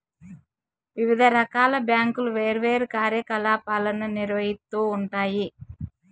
వివిధ రకాల బ్యాంకులు వేర్వేరు కార్యకలాపాలను నిర్వహిత్తూ ఉంటాయి